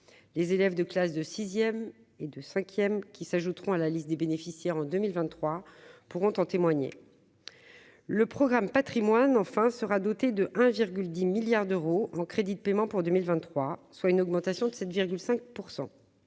les élèves de classes de 6ème et de 5ème, qui s'ajouteront à la liste des bénéficiaires en 2023 pourront en témoigner le programme patrimoines enfin sera doté de 1 virgule 10 milliards d'euros en crédits de paiement pour 2023, soit une augmentation de 7,5